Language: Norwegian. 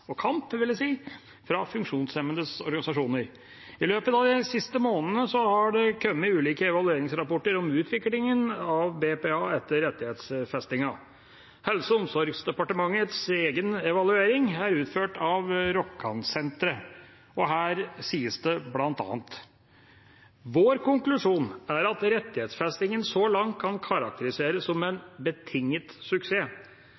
og kamp, vil jeg si, fra funksjonshemmedes organisasjoner. I løpet av de siste månedene har det kommet ulike evalueringsrapporter om utviklingen av BPA etter rettighetsfestingen. Helse- og omsorgsdepartementets egen evaluering er utført av Rokkansenteret, og her sies det bl.a.: «Vår konklusjon er at rettighetsfestingen så langt kan karakteriseres som en betinget suksess.